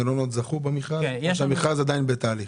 מלונות זכו במכרז או שהמכרז עדיין בתהליך?